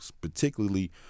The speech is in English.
particularly